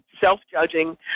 self-judging